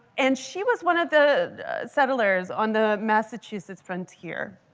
and she was one of the settlers on the massachusetts frontier.